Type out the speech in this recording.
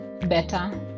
better